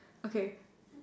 okay